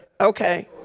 okay